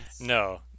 No